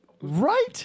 Right